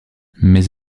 mes